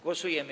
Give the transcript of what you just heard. Głosujemy.